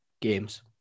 games